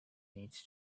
needs